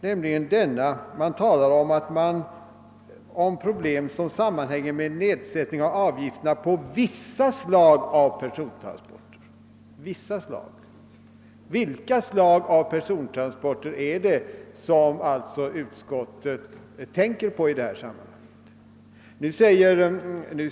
Utskottsmajoriteten talar om problem som sammanhänger med nedsättning av avgifterna på vissa slag av persontransporter — vilka slag av persontransporter är det som utskottet tänker på i det sammanhanget?